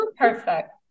Perfect